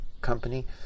Company